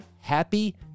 happy